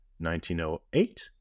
1908